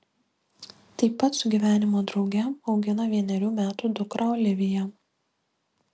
tai pat su gyvenimo drauge augina vienerių metų dukrą oliviją